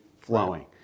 flowing